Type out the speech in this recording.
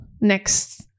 next